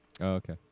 okay